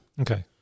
okay